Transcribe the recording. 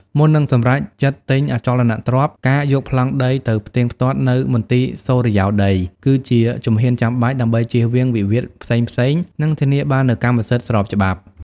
មុននឹងសម្រេចចិត្តទិញអចលនទ្រព្យ ការយកប្លង់ដីទៅផ្ទៀងផ្ទាត់នៅ មន្ទីរសុរិយោដី គឺជាជំហានចាំបាច់ដើម្បីចៀសវាងវិវាទផ្សេងៗ និងធានាបាននូវកម្មសិទ្ធិស្របច្បាប់។